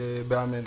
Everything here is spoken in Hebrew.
אמן.